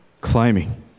Climbing